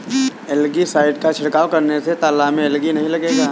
algae side का छिड़काव करने से तालाब में एलगी नहीं लगेगा